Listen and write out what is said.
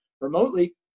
remotely